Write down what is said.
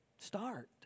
start